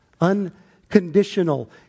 Unconditional